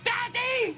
Daddy